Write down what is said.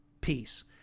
peace